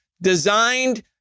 designed